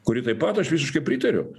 kuri taip pat aš visiškai pritariu